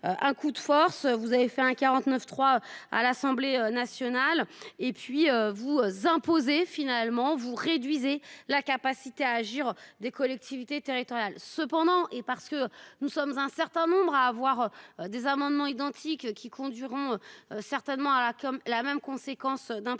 Un coup de force. Vous avez fait un 49.3 à l'Assemblée nationale et puis vous imposer finalement vous réduisez la capacité à agir des collectivités territoriales cependant et parce que nous sommes un certain nombre à avoir des amendements identiques qui conduiront. Certainement à la comme la même conséquence d'un point